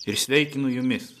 ir sveikinu jumis